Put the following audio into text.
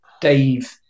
Dave